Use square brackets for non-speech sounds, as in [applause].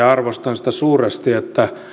[unintelligible] arvostan sitä suuresti että